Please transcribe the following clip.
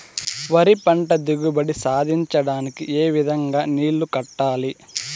వరి పంట దిగుబడి సాధించడానికి, ఏ విధంగా నీళ్లు కట్టాలి?